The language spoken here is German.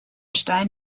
stein